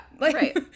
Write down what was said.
Right